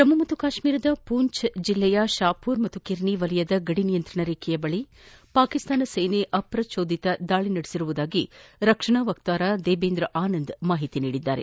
ಜಮ್ನು ಕಾಶ್ಮೀರದ ಪೂಂಜ್ ಜಿಲ್ಲೆ ಶಾಪುರ್ ಮತ್ತು ಕಿರ್ನಿ ವಲಯದ ಗಡಿ ನಿಯಂತ್ರಣ ರೇಖೆ ಬಳಿ ಪಾಕಿಸ್ತಾನ ಸೇನೆ ಅಪ್ರಚೋದಿತ ದಾಳಿ ನಡೆಸಿದೆ ಎಂದು ರಕ್ಷಣಾ ವಕ್ತಾರ ದೇವೇಂದ್ರ ಆನಂದ್ ತಿಳಿಸಿದ್ದಾರೆ